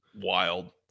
wild